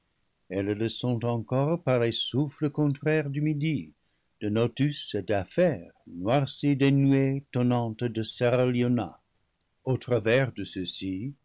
elles le sont encore par les souffles contraires du midi de notus et d'afer noircis des nuées tonnantes de serraliona au travers de ceux-ci